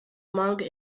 manga